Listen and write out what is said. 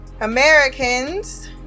americans